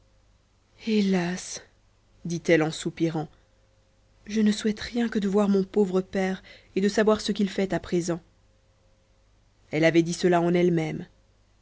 hélas dit-elle en soupirant je ne souhaite rien que de voir mon pauvre père et de savoir ce qu'il fait à présent elle avait dit cela en elle-même